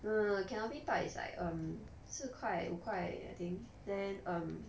no no canopy park is like um 四块五块 I think then um